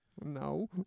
No